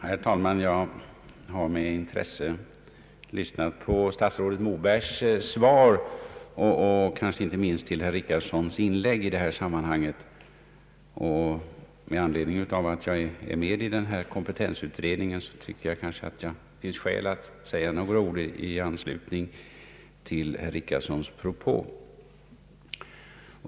Herr talman! Jag har med intresse lyssnat till statsrådet Mobergs svar och kanske inte minst till herr Richardsons inlägg. Eftersom jag är med i kompetensutredningen tycker jag att jag har anledning att säga några ord i anslutning till herr Richardsons propå.